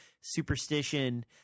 superstition